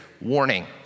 warning